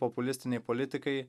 populistinei politikai